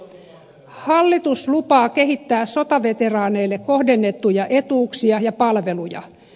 hallitus lupaa kehittää sotaveteraaneille kohdennettuja etuuksia ja palveluja